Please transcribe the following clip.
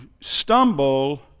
stumble